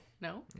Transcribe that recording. no